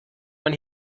man